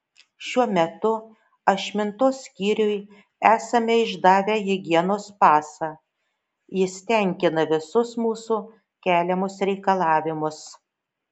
šiuo metu ašmintos skyriui esame išdavę higienos pasą jis tenkina visus mūsų keliamus reikalavimus